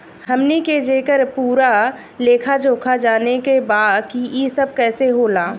हमनी के जेकर पूरा लेखा जोखा जाने के बा की ई सब कैसे होला?